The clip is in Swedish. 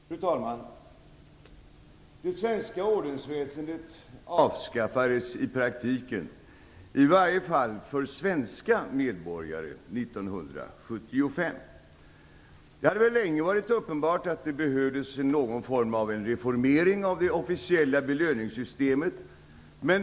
Fru talman! Det svenska ordensväsendet avskaffades i praktiken 1975, i varje fall för svenska medborgare. Det hade länge varit uppenbart att det behövdes någon form av reformering av det officiella belöningssystemet.